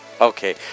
Okay